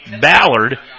Ballard